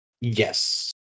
Yes